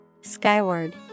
Skyward